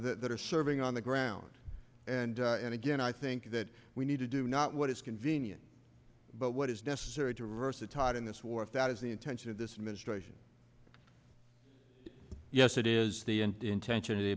that are serving on the ground and and again i think that we need to do not what is convenient but what is necessary to reverse the tide in this war if that is the intention of this administration yes it is the end intention of the